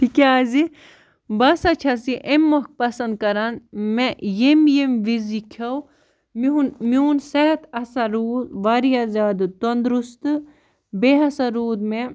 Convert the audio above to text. تِکیٛازِ بہٕ ہَسا چھَس یہِ امہِ مۄکھٕ پَسنٛد کَران مےٚ ییٚمہِ ییٚمہِ وِزِ یہِ کھیوٚ میون میون صحت ہَسا روٗد واریاہ زیادٕ تنٛدرُستہٕ بیٚیہِ ہَسا روٗد مےٚ